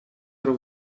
are